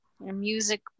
music